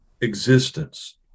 existence